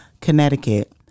Connecticut